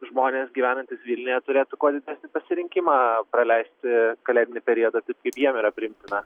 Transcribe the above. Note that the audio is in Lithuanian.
žmonės gyvenantys vilniuje turėtų kuo didesnį pasirinkimą praleisti kalėdinį periodątaip kaip jiem yra priimtina